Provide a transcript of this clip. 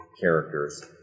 characters